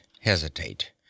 hesitate